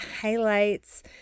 highlights